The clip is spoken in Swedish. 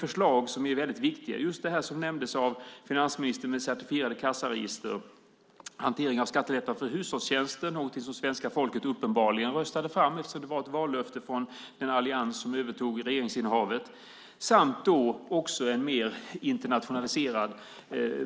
Finansministern nämner certifierade kassaregister och hanteringen av skattelättnader för hushållstjänster. Det är något som det svenska folket uppenbarligen röstade fram. Det var ett vallöfte från den allians som övertog regeringsinnehavet. Det handlar också om en mer internationaliserad